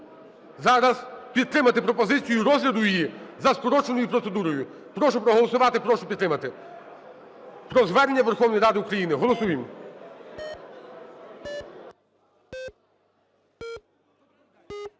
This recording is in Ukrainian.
зараз підтримати пропозицію розгляду її за скороченою процедурою. Прошу проголосувати! Прошу підтримати! Про звернення Верховної Ради України. Голосуємо!